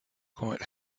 quite